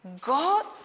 God